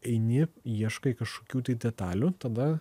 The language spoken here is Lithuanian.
eini ieškai kažkokių tai detalių tada